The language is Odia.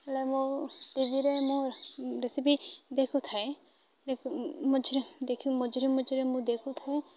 ହେଲେ ମୁଁ ଟିଭିରେ ମୁଁ ରେସିପି ଦେଖୁଥାଏ ମଝିରେ ଦେଖି ମଝିରେ ମଝିରେ ମୁଁ ଦେଖୁଥାଏ